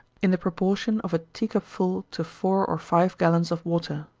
in the proportion of a tea-cup full to four or five gallons of water.